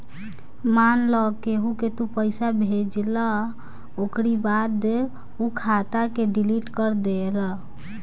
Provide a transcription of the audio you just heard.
मान लअ केहू के तू पईसा भेजला ओकरी बाद उ खाता के डिलीट कर देहला